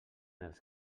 els